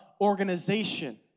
organization